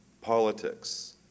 politics